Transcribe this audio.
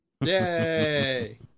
Yay